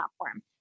platform